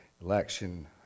election